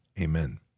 Amen